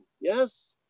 Yes